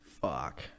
Fuck